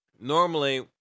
normally